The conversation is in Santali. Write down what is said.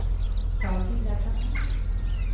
ᱠᱟᱹᱣᱰᱤ ᱞᱟᱜᱟᱜᱼᱟ